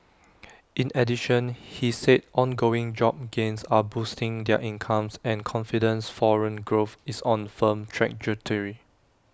in addition he said ongoing job gains are boosting their incomes and confidence foreign growth is on A firm trajectory